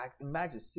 imagine